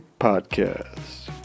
podcast